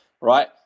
right